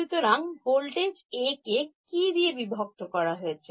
সুতরাং voltage A কে কি দিয়ে বিভক্ত করা হয়েছে